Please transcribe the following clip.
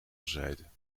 gezeten